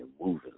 moving